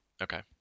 Okay